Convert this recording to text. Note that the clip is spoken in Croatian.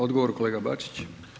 Odgovor kolega Bačić.